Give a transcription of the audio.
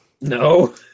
No